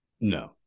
No